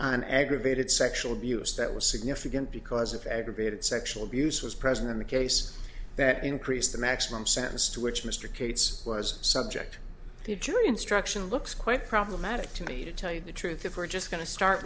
an aggravated sexual abuse that was significant because of aggravated sexual abuse was present in the case that increased the maximum sentence to which mr cates was subject to jury instruction looks quite problematic to me to tell you the truth if we're just going to start